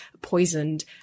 poisoned